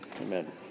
Amen